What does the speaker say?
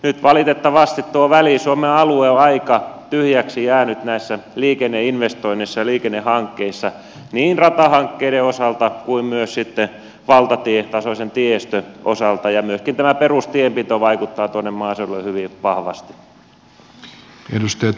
nyt valitettavasti tuo väli suomen alue on aika tyhjäksi jäänyt näissä liikenneinvestoinneissa ja liikennehankkeissa niin ratahankkeiden osalta kuin valtatietasoisen tiestön osalta ja myöskin tämä perustienpito vaikuttaa tuonne maaseudulle hyvin vahvasti